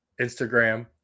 Instagram